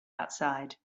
outside